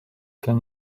can